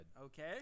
Okay